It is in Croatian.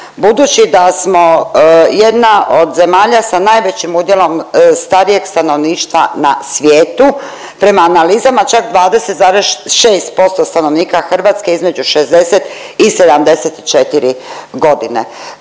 budući da smo jedna od zemalja sa najvećim udjelom starijeg stanovništva na svijetu prema analizama čak 20,6% stanovnika Hrvatske između 60 i 74 godine.